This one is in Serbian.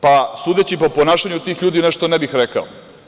Pa, sudeći po ponašanju tih ljudi, nešto ne bih rekao.